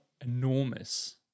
enormous